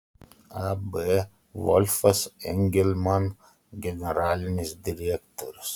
ab volfas engelman generalinis direktorius